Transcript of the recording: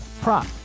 prop